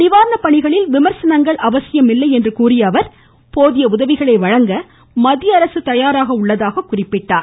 நிவாரணப் பணிகளில் விமர்சனங்கள் அவசியமில்லை என்று கூறிய அவர் போதிய உதவிகளை வழங்க மத்திய அரசு தயாராக உள்ளதாக தெரிவித்துள்ளார்